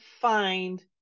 find